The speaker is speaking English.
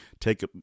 take